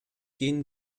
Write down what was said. gehen